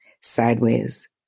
sideways